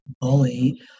bully